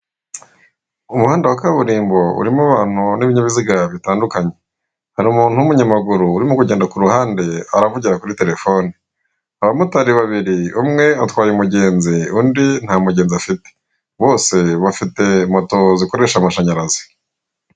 Umuhanda wa kaburimbo urimo abantu n'ibinyabiziga bitandukanye, hari umuntu w'umunyamaguru urimo kugenda ku ruhande aravugira kuri telefone, abamotari babiri, umwe atwaye umugenzi, undi ntamugenzi afite, bose bafite moto zikoresha amashanyarazi.